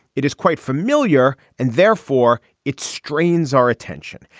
it is quite familiar and therefore it strains our attention.